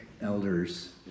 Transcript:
elders